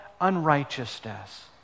unrighteousness